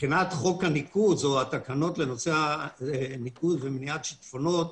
מבחינת חוק הניקוז או התקנות לנושא הניקוז ומניעת שיטפונות,